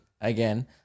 again